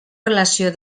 relació